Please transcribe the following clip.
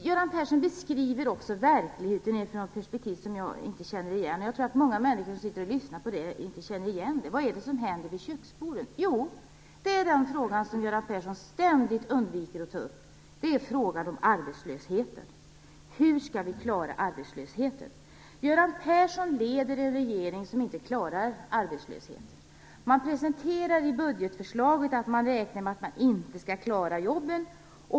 Göran Persson beskriver verkligheten utifrån ett perspektiv som jag inte känner igen. Jag tror att det är många människor som inte känner igen den. Vad är det som det talas om vid köksborden? Jo, det är den fråga som Göran Persson ständigt undviker att ta upp, frågan om arbetslösheten. Hur skall vi klara arbetslösheten? Göran Persson leder en regering som inte klarar arbetslösheten. I budgetförslaget anges det att man räknar med att man inte skall klara jobben.